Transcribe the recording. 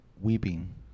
weeping